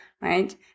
right